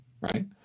right